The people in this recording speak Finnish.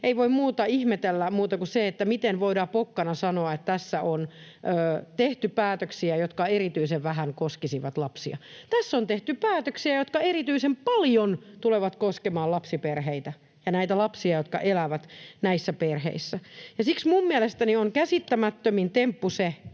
ei voi muuta ihmetellä kuin sitä, miten voidaan pokkana sanoa, että tässä on tehty päätöksiä, jotka erityisen vähän koskisivat lapsia. Tässä on tehty päätöksiä, jotka erityisen paljon tulevat koskemaan lapsiperheitä ja lapsia, jotka elävät näissä perheissä. Siksi mielestäni on käsittämättömin temppu,